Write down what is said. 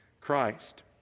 Christ